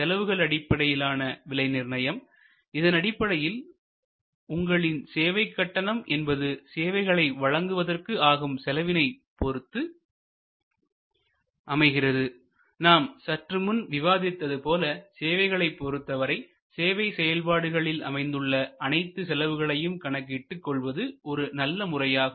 செலவுகள் அடிப்படையிலான விலை நிர்ணயம் இதனடிப்படையில் உங்களின் சேவை கட்டணம் என்பது சேவைகளை வழங்குவதற்கு ஆகும் செலவினை பொருத்து அமைகிறது நாம் சற்றுமுன் விவாதித்தது போல சேவைகளை பொறுத்தவரை சேவை செயல்பாடுகளில் அமைந்துள்ள அனைத்து செலவுகளையும் கணக்கிட்டுக் கொள்வது ஒரு நல்ல முறையாகும்